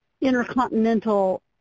intercontinental